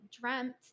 dreamt